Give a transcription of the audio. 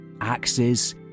axes